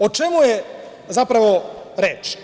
O čemu je zapravo reč?